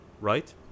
right